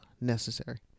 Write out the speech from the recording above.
necessary